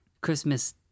Christmas